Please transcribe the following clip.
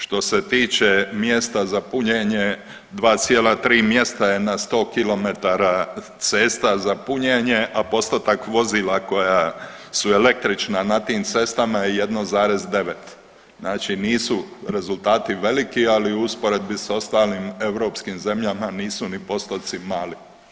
Što se tiče mjesta za punjenje 2,3 mjesta je na 100 km cesta za punjenje, a postotak vozila koja su električna na tim cestama je 1,9, znači nisu rezultati veliki, ali u usporedbi s ostalim europskim zemljama nisu ni postoci mali.